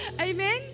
Amen